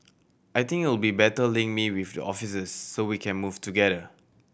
I think it'll better link me with the officers so we can move together